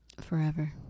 forever